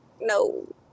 No